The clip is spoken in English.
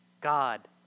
God